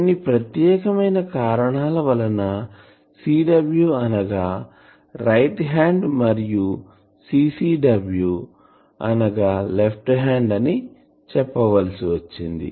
కొన్ని ప్రత్యేకమైన కారణాల వలన CW అనగా రైట్ హ్యాండ్ మరియు CCW అనగా లెఫ్ట్ హ్యాండ్ అని చెప్పవలసి వచ్చింది